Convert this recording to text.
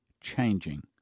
changing